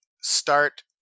start